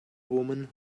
women